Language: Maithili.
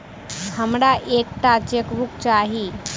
हमरा एक टा चेकबुक चाहि